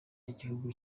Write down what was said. igihugu